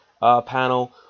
panel